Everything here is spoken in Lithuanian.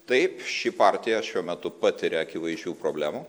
taip ši partija šiuo metu patiria akivaizdžių problemų